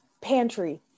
pantry